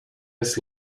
his